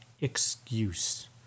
excuse